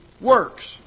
works